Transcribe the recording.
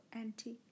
anti